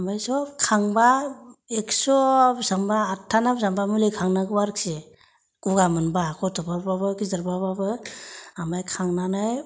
ओमफ्राय सब खांबाय एकस' आटथाना बेसिबांबा मुलि खांनांगौ आरोखि गागा मोनबा गथफोरबाबो गिदिरफोर बाबो गगा मोनबा ओमफ्राय खांनानै